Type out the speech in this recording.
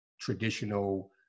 traditional